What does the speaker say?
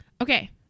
Okay